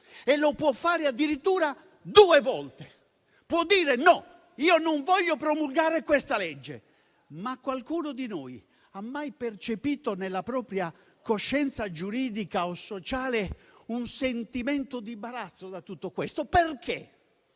e lo può fare addirittura due volte; può dire: «No, io non voglio promulgare questa legge». Ma qualcuno di noi ha mai percepito nella propria coscienza giuridica o sociale un sentimento di imbarazzo da tutto questo? Perché?